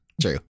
True